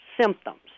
symptoms